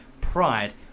Pride